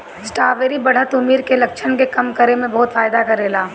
strawberry बढ़त उमिर के लक्षण के कम करे में बहुते फायदा करेला